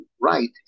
right